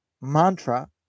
mantra